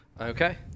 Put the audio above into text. Okay